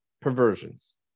perversions